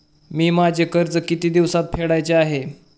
मी माझे कर्ज किती दिवसांत फेडायचे आहे?